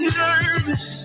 nervous